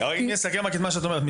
אני אסכם את מה שאת אומרת,